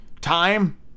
time